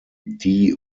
dee